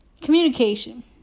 communication